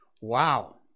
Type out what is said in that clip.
Wow